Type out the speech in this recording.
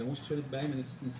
ואמרו שיש בעיה של ניסוח.